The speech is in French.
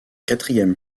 quatrième